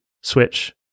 switch